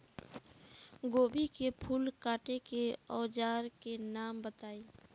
गोभी के फूल काटे के औज़ार के नाम बताई?